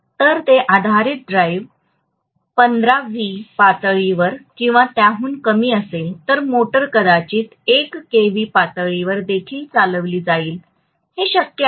तर ते आधारित ड्राइव्ह 15 व्ही पातळीवर किंवा त्याहून कमी असेल तर मोटर कदाचित 1 केव्ही पातळीवर देखील चालविली जाईल हे शक्य आहे